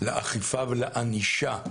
לאכיפה ולענישה,